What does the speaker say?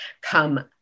come